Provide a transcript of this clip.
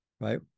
right